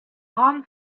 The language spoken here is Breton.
ran